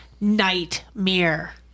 nightmare